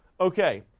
okay.